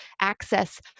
access